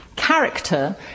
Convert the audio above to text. Character